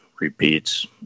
repeats